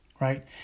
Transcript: right